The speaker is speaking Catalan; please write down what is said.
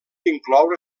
incloure